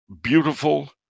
beautiful